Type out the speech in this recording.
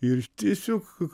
ir tiesiog